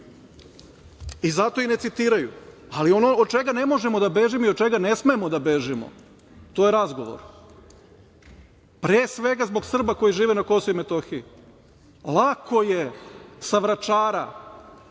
i zato i ne citiraju. Ono od čega ne možemo da bežimo i od njega ne smemo da bežimo to je razgovor pre svega zbog Srba koji žive na KiM. Lako je sa Vračara